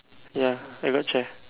ya I go check